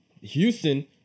Houston